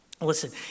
Listen